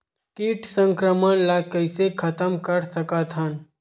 कीट संक्रमण ला कइसे खतम कर सकथन?